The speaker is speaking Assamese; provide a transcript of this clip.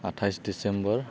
আঠাইছ ডিচেম্বৰ